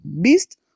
beast